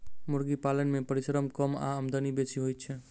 मुर्गी पालन मे परिश्रम कम आ आमदनी बेसी होइत छै